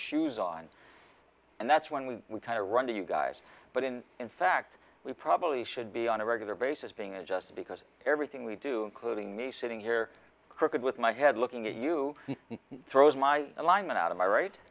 shoes on and that's when we we kind of run to you guys but in fact we probably should be on a regular basis being adjusted because everything we do clothing me sitting here crooked with my head looking at you and throws my alignment out of my right